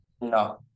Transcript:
No